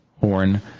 Horn